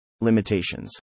Limitations